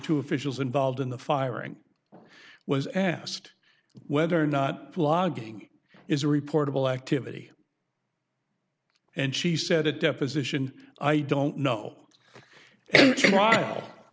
two officials involved in the firing was asked whether or not blogging is a reportable activity and she said it deposition i don't know a trial